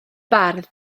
bardd